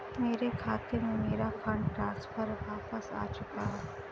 मेरे खाते में, मेरा फंड ट्रांसफर वापस आ चुका है